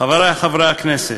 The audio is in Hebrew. חברי חברי הכנסת,